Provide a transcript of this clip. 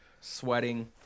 sweating